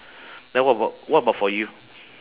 then what about what about for you